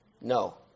No